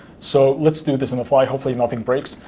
so let's do this on the fly. hopefully nothing breaks.